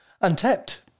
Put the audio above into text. Untapped